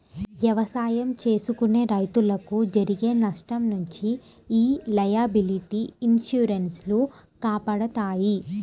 ఎవసాయం చేసుకునే రైతులకు జరిగే నష్టం నుంచి యీ లయబిలిటీ ఇన్సూరెన్స్ లు కాపాడతాయి